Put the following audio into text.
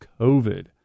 COVID